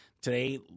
Today